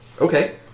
Okay